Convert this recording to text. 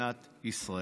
מדינת ישראל.